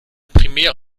primär